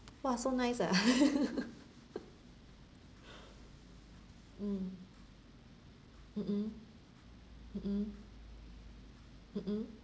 !wah! so nice ah mm mm mm mm mm mm mm